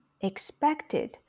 expected